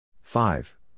Five